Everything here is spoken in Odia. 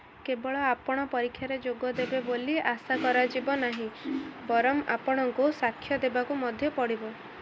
କେବଳ ଆପଣ ପରୀକ୍ଷାରେ ଯୋଗ ଦେବେ ବୋଲି ଆଶା କରାଯିବ ନାହିଁ ବରଂ ଆପଣଙ୍କୁ ସାକ୍ଷ୍ୟ ଦେବାକୁ ମଧ୍ୟ ପଡ଼ିବ